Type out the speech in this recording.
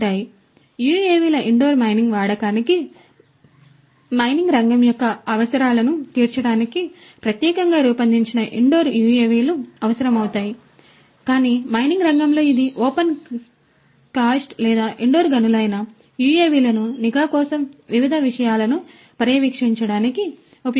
కాబట్టి యుఎవిల indoor mining వాడకానికి మైనింగ్ రంగం యొక్క అవసరాలను తీర్చడానికి ప్రత్యేకంగా రూపొందించిన ఇండోర్ యుఎవిలు అవసరమవుతాయి కాని మైనింగ్ రంగంలో ఇది ఓపెన్ కాస్ట్ లేదా ఇండోర్ గనులు అయినా యుఎవిలను నిఘా కోసం వివిధ విషయాలను పర్యవేక్షించడానికి ఉపయోగించవచ్చు